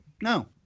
No